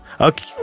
Okay